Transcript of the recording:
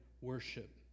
worship